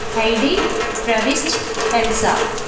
ID ప్రవిస్ట్ Elsa